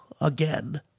again